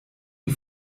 die